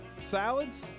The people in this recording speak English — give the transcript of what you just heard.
salads